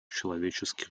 человеческих